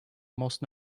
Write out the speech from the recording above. most